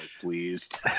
pleased